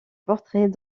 portraits